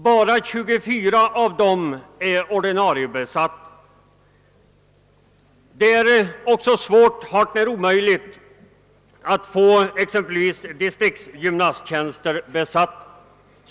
Bara 24 av dem är i nuet ordinariebesatta. Det är också svårt, hart när omöjligt, att få exempelvis distriktsgymnasttjänster besatta.